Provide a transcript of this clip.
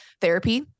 Therapy